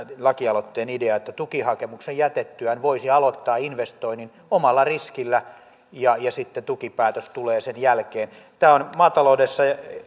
lakialoitteen idea että tukihakemuksen jätettyään voisi aloittaa investoinnin omalla riskillä ja sitten tukipäätös tulee sen jälkeen maataloudessa